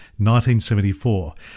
1974